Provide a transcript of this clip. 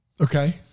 Okay